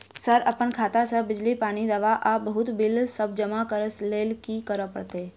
Sir अप्पन खाता सऽ बिजली, पानि, दवा आ बहुते बिल सब जमा करऽ लैल की करऽ परतै?